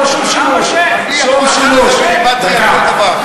היושב-ראש עומד להפסיק אותי.